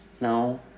No